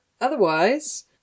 Otherwise